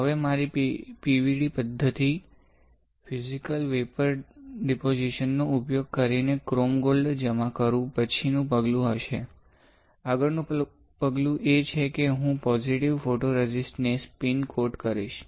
હવે મારી PVD પદ્ધતિ ફિજિકલ વેપર ડિપોઝિશન નો ઉપયોગ કરીને ક્રોમ ગોલ્ડ જમા કરું પછીનું પગલું હશે આગળનું પગલું એ છે કે હું પોઝિટિવ ફોટોરેઝિસ્ટ ને સ્પિન કોટ કરીશ